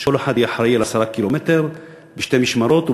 וכל אחד יהיה אחראי ל-10 קילומטר בשתי משמרות,